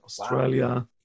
Australia